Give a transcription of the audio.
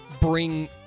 bring